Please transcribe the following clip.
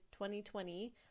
2020